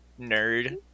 nerd